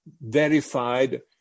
verified